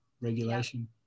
regulation